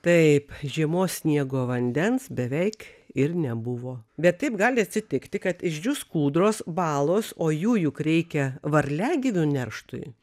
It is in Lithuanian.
taip žiemos sniego vandens beveik ir nebuvo bet taip gali atsitikti kad išdžius kūdros balos o jų juk reikia varliagyvių nerštui